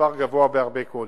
מספר גבוה בהרבה קודם.